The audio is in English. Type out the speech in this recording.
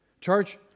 Church